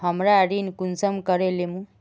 हमरा ऋण कुंसम करे लेमु?